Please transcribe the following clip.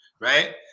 right